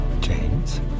James